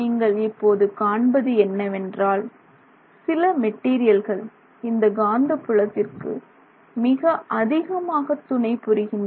நீங்கள் இப்போது காண்பது என்னவென்றால் சில மெட்டீரியல்கள் இந்த காந்தப்புலத்திற்கு மிக அதிகமாக துணைபுரிகின்றன